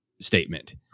statement